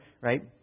Right